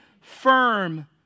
firm